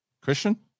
Christian